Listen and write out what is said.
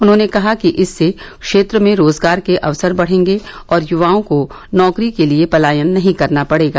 उन्होंने कहा कि इससे क्षेत्र में रोजगार के अवसर बढ़ेंगे और युवाओं को नौकरी के लिए पलायन नहीं करना पड़ेगा